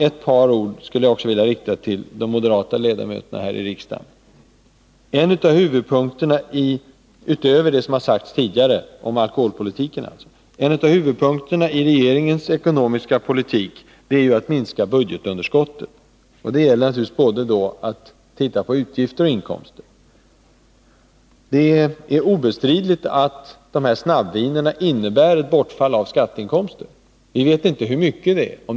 Jag vill också — utöver vad jag tidigare har sagt om alkoholpolitiken — rikta ett par ord till de moderata ledamöterna här i riksdagen. En av huvudpunkterna i regeringens ekonomiska politik är att minska budgetunderskottet. Det gäller då naturligtvis att titta på både utgifter och inkomster. Det är obestridligt att snabbvinsatserna medför ett bortfall av skatteinkomster. Vi vet inte hur stort bortfallet är.